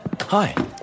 hi